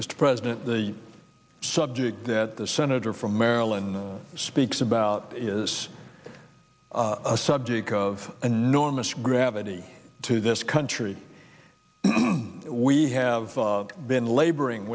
mr president the subject that the senator from maryland speaks about is a subject of enormous gravity to this country we have been laboring